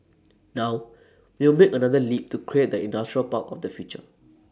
now we'll make another leap to create the industrial park of the future